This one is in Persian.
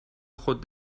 خود